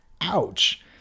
ouch